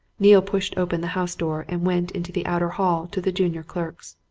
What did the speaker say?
neale pushed open the house door and went into the outer hall to the junior clerks.